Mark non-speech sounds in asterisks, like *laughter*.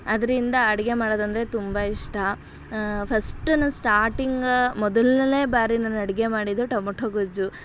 ಅದರಿಂದ ಅಡುಗೆ ಮಾಡೋದು ಅಂದರೆ ತುಂಬ ಇಷ್ಟ ಫಸ್ಟ್ *unintelligible* ಸ್ಟಾಟಿಂಗ್ ಮೊದಲನೇ ಬಾರಿ ನಾನು ಅಡುಗೆ ಮಾಡಿದ್ದು ಟೊಮೊಟೊ ಗೊಜ್ಜು